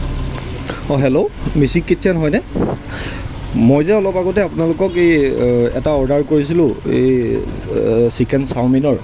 অঁ hello Mishing kitchen হয়নে মই যে অলপ আগতে আপোনালোকক এই এটা অৰ্ডাৰ কৰিছিলোঁ এই চিকেন চাওমিনৰ